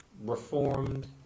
reformed